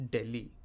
Delhi